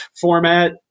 format